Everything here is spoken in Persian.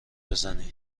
بزنی